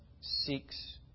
seeks